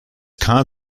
kam